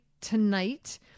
tonight